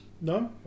No